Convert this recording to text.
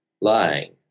lying